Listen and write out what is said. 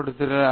D மாணவர்